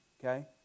Okay